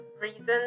reason